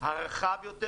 הרחב יותר,